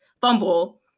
fumble